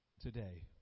today